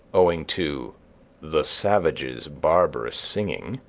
owing to the savages' barbarous singing,